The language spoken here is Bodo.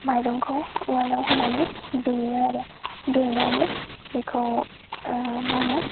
माइरंखौ उवालआव होनानै देयो आरो देनानै बेखौ मा होनो